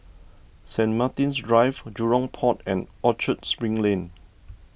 St Martin's Drive Jurong Port and Orchard Spring Lane